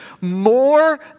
more